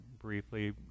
briefly